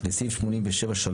אבל בצד השני, אני בצד הזה.